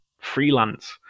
freelance